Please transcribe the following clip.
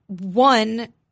One